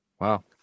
wow